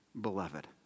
beloved